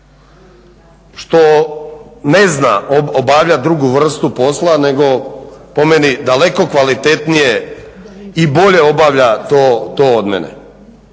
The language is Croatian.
što ne zna obavljati drugu vrstu posla nego po meni daleko kvalitetnije i bolje obavlja to od mene,